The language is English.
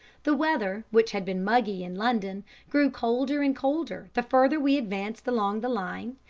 the weather, which had been muggy in london, grew colder and colder the further we advanced along the line,